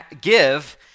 give